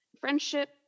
Friendship